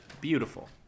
Beautiful